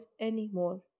anymore